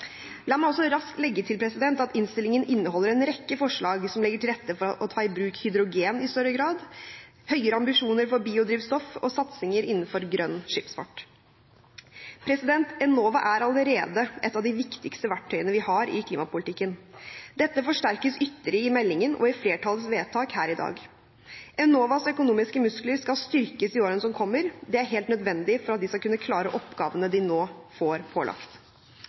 La meg også raskt legge til at innstillingen inneholder en rekke forslag som legger til rette for å ta i bruk hydrogen i større grad, høyere ambisjoner for biodrivstoff og satsinger innenfor grønn skipsfart. Enova er allerede et av de viktigste verktøyene vi har i klimapolitikken. Dette forsterkes ytterligere i meldingen og i flertallets vedtak her i dag. Enovas økonomiske muskler skal styrkes i årene som kommer, og det er helt nødvendig for at de skal kunne klare oppgavene de nå får pålagt.